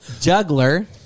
Juggler